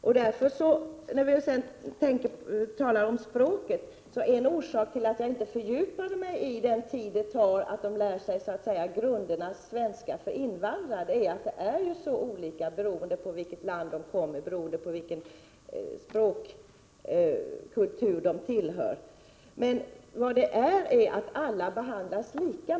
När det gäller språket vill jag säga att en av orsakerna till att jag inte fördjupade mig i den frågan var att den tid det tar för invandrare att lära sig grunderna i svenska varierar, beroende på vilket land man kommer ifrån och vilken språkkultur man tillhör. Nu behandlas alla sjuksköterskor lika.